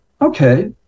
okay